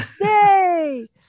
Yay